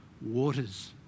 waters